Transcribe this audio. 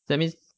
that means